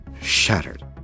shattered